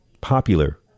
popular